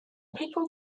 people